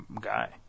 guy